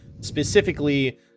Specifically